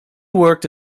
worked